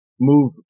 move